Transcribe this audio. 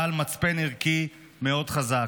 בעל מצפן ערכי מאוד חזק,